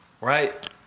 right